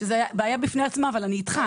שזאת בעיה בפני עצמה, אבל אני אתך.